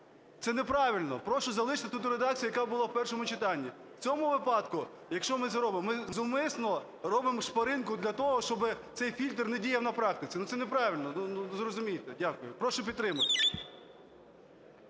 Це неправильно. Прошу залишити ту редакцію, яка була в першому читанні. В цьому випадку, якщо ми це робимо, ми зумисно робимо шпаринку для того, щоби цей фільтр не діяв на практиці. Ну, це неправильно, зрозумійте. Дякую. Прошу підтримати.